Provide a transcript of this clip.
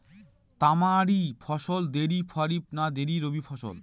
তামারি ফসল দেরী খরিফ না দেরী রবি ফসল?